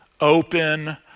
open